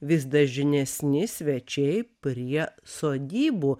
vis dažnesni svečiai prie sodybų